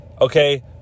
okay